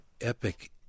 epic